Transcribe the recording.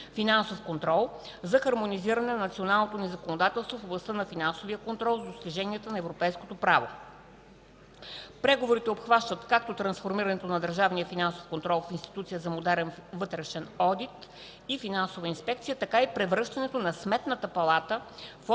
„Финансов контрол”, за хармонизиране на националното ни законодателство в областта на финансовия контрол и достиженията на европейското право. Преговорите обхващат както трансформирането на държавния финансов контрол в институция за модерен вътрешен одит и финансова инспекция, така и превръщането на Сметната палата в